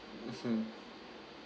mmhmm